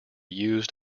used